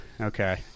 Okay